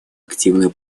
активную